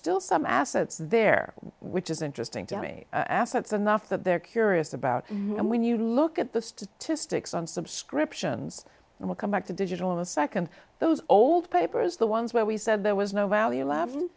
still some assets there which is interesting to me assets enough that they're curious about and when you look at the statistics on subscriptions and we'll come back to digital in the second those old papers the ones where we said there was no value